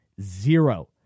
Zero